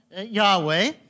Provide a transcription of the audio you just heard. Yahweh